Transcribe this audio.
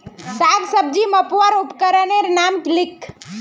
साग सब्जी मपवार उपकरनेर नाम लिख?